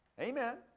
Amen